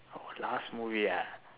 orh last movie ah